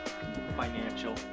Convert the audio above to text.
financial